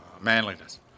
manliness